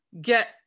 get